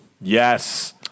Yes